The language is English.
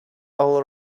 all